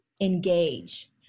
engage